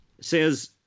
Says